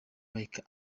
like